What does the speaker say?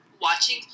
Watching